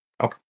Okay